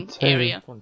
area